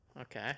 Okay